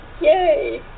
Yay